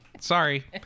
sorry